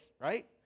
right